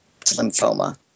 lymphoma